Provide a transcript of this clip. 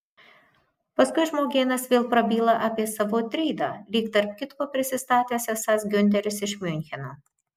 paskui žmogėnas vėl prabyla apie savo trydą lyg tarp kitko prisistatęs esąs giunteris iš miuncheno